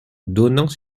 donnant